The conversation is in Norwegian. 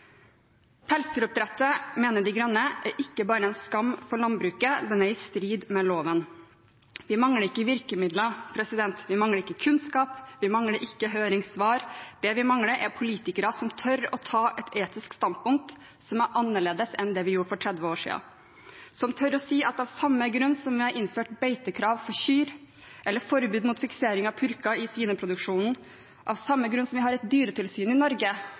bare en skam for landbruket – det er i strid med loven. Vi mangler ikke virkemidler. Vi mangler ikke kunnskap. Vi mangler ikke høringssvar. Det vi mangler, er politikere som tør å ta et etisk standpunkt som er annerledes enn det vi tok for 30 år siden, som tør å si at av samme grunn som vi har innført beitekrav for kyr, eller forbud mot fiksering av purker i svineproduksjonen, av samme grunn som vi har et dyretilsyn i Norge